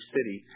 City